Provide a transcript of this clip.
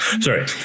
Sorry